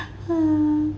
hmm